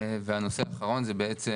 הנושא האחרון זה בעצם